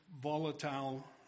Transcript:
volatile